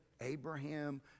Abraham